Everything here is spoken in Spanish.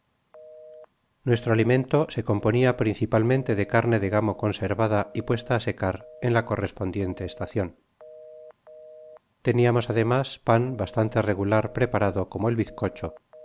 nuestro alimento se componia principalmente de carne de gamo conservada y puesta á secar en la correspondiente estacion teniamos ademas pan bastante regular preparado como el bizcocho